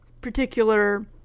particular